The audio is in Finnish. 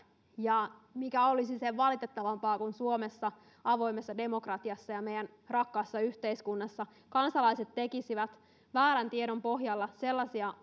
mikä olisi sen valitettavampaa kuin se että suomessa avoimessa demokratiassa ja meidän rakkaassa yhteiskunnassa kansalaiset tekisivät väärän tiedon pohjalta sellaisia